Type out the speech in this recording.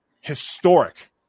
Historic